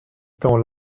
temps